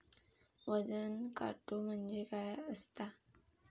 वजन काटो म्हणजे काय असता?